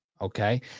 Okay